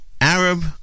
Arab